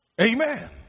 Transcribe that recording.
Amen